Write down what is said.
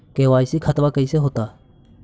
KYC खतबा कैसे होता?